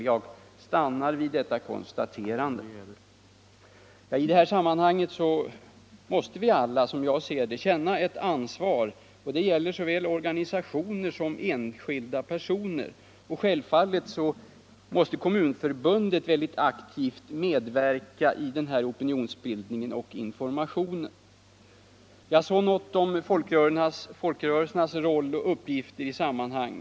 Jag stannar för dagen vid detta konstaterande. I detta sammanhang måste vi alla känna ett ansvar. Det gäller såväl organisationer som enskilda personer. Självfallet måste Kommunförbundet aktivt medverka i opinionsbildningen och informationsverksamheten. Därefter vill jag anföra något om folkrörelsernas roll och uppgifter i detta sammanhang.